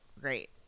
great